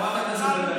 מה זה, אבל?